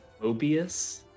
Mobius